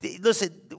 Listen